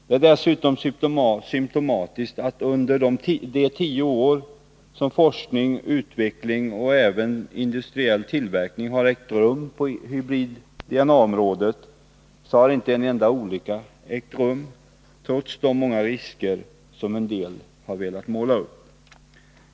Det är dessutom symtomatiskt att under de tio år som forskning, utveckling och även industriell tillverkning har ägt rum på hybrid-DNA-området har inte en enda olycka ägt rum, trots de många risker som en del har velat måla upp.